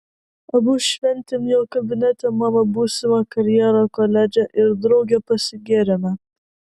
abu šventėm jo kabinete mano būsimą karjerą koledže ir drauge pasigėrėme